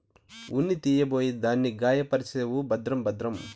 ఉన్ని తీయబోయి దాన్ని గాయపర్సేవు భద్రం భద్రం